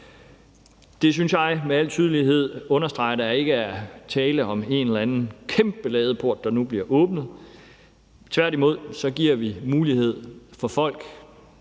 Det synes jeg med al tydelighed understreger, at der ikke er tale om en eller anden kæmpe ladeport, der nu bliver åbnet. Tværtimod giver vi nu folk,